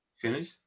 finish